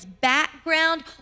background